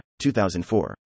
2004